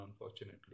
unfortunately